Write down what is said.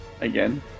Again